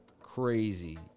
Crazy